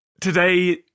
today